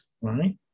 right